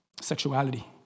Sexuality